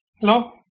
Hello